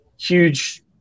huge